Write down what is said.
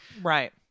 Right